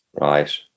Right